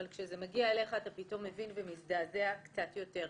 אבל כשזה מגיע אליך אתה פתאום מבין ומזעזע קצת יותר.